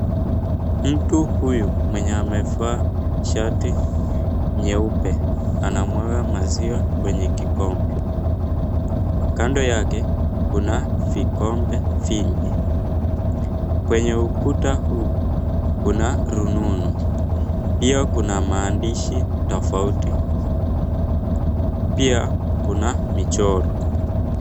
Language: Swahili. Mtu huyu mwenye amevaa shati nyeupe, anamwaga maziwa kwenye kikombe. Kando yake kuna vikombe vingi. Kwenye ukuta huu, kuna rununu pia kuna maandishi tofauti pia kuna michoro.